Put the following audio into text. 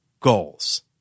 goals